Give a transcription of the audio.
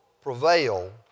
prevail